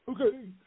okay